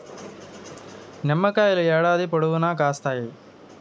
నిమ్మకాయలు ఏడాది పొడవునా కాస్తాయి